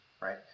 right